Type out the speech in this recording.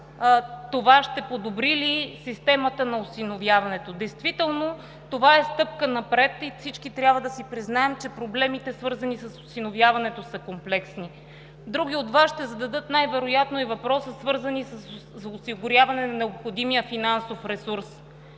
това ще подобри ли системата на осиновяването? Действително това е стъпка напред и всички трябва да си признаем, че проблемите, свързани с осиновяването, са комплексни. Други от Вас ще зададат най-вероятно и въпроса, свързан с осигуряването на необходимия финансов ресурс.